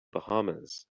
bahamas